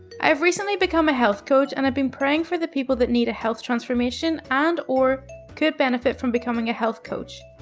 i have recently become a health coach, and i've been praying for the people that need a health transformation and or could benefit from becoming a health coach.